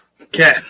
Okay